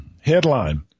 Headline